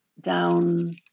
down